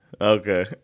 Okay